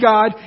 God